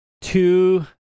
two